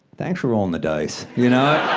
thanks for rolling the dice, you know?